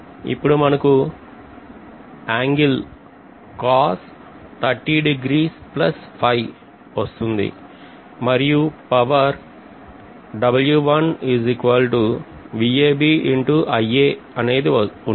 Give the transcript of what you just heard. ఇప్పుడు మనకు angle వస్తుంది మరియు పవర్ అనేది ఉంటుంది